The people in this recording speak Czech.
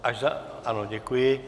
Až za... ano, děkuji.